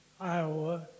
Iowa